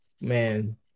man